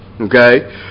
Okay